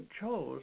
chose